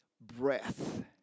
breath